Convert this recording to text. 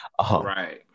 Right